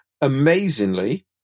amazingly